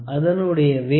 அதனுடைய வேறுபாடு 0